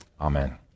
Amen